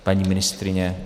Paní ministryně?